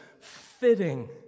fitting